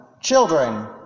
children